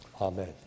Amen